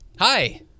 hi